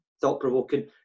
thought-provoking